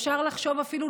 אפשר לחשוב אפילו,